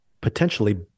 potentially